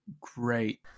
great